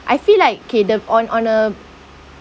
I feel like okay the on on uh